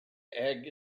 egg